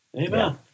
Amen